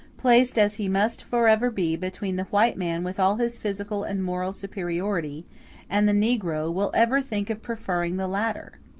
placed, as he must forever be, between the white man with all his physical and moral superiority and the negro, will ever think of preferring the latter?